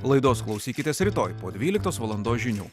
laidos klausykitės rytoj po dvyliktos valandos žinių